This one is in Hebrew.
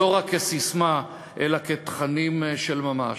לא רק כססמה אלא כתכנים של ממש.